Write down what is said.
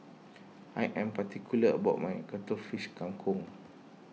I am particular about my Cuttlefish Kang Kong